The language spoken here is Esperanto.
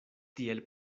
tiel